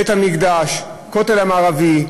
בית-המקדש, הכותל המערבי,